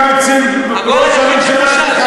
גם אצל ראש הממשלה.